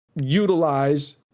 utilize